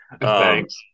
Thanks